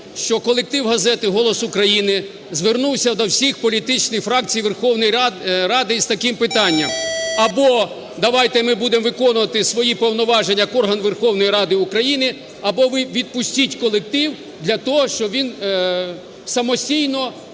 що колектив газети "Голос України" звернувся до всіх політичних фракцій Верховної Ради з таким питанням: або давайте ми будемо виконувати свої повноваження як орган Верховної Ради України, або ви відпустіть колектив для того, щоб він самостійно